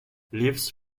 leaves